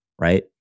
right